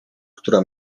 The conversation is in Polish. która